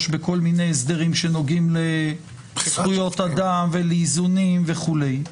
בכל מיני הסדרים שנוגעים לזכויות אדם ולאיזונים וכולה.